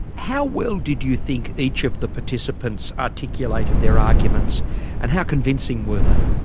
how well did you think each of the participants articulated their arguments and how convincing were they?